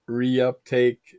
reuptake